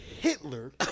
Hitler